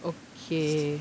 okay